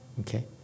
okay